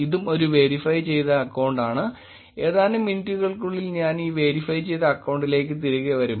ഇതും ഒരു വെരിഫൈ ചെയ്ത അക്കൌണ്ട് ആണ് ഏതാനും മിനിറ്റുകൾക്കുള്ളിൽ ഞാൻ ഈ വെരിഫൈ ചെയ്ത അക്കൌണ്ടിലേക്ക് തിരികെ വരും